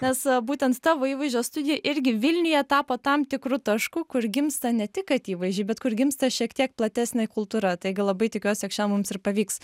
nes būtent tavo įvaizdžio studija irgi vilniuje tapo tam tikru tašku kur gimsta ne tik kad įvaizdžiai bet kur gimsta šiek tiek platesnė kultūra taigi labai tikiuosi jog šian mums ir pavyks